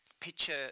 picture